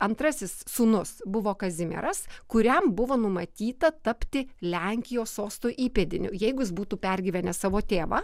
antrasis sūnus buvo kazimieras kuriam buvo numatyta tapti lenkijos sosto įpėdiniu jeigu jis būtų pergyvenęs savo tėvą